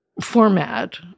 format